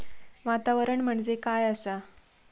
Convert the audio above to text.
वातावरण म्हणजे काय आसा?